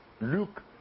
Luke